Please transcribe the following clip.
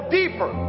deeper